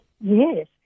yes